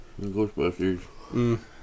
Ghostbusters